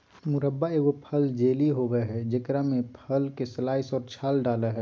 मुरब्बा एगो फल जेली होबय हइ जेकरा में फल के स्लाइस और छाल डालय हइ